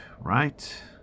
right